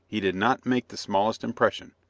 he did not make the smallest impression.